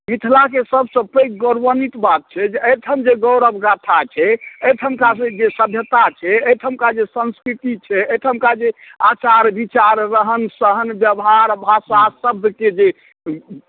मिथिलाके सबसँ पैघ गौरवान्वित बात छै जे एहिठाम जे गौरव गाथा छै एहिठामका जे सभ्यता छै एहिठामका जे संस्कृति छै एहिठामका जे आचार विचार रहन सहन व्यवहार भाषा शब्दके जे